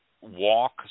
walk